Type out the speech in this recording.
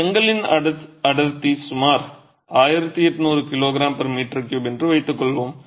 செங்கலின் அடர்த்தி சுமார் 1800 kgm3 என்று வைத்துக்கொள்வோம்